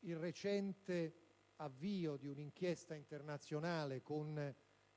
Il recente avvio di un'inchiesta internazionale con